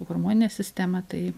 hormoninę sistemą tai